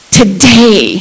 today